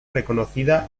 reconocida